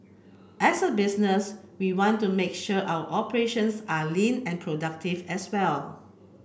as a business we want to make sure our operations are lean and productive as well